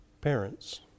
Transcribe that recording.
parents